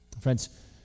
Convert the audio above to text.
Friends